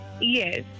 Yes